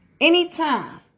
Anytime